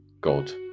God